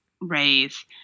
raise